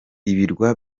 ibirwa